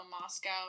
Moscow